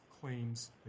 claims